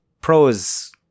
pros